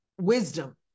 wisdom